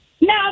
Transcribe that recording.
No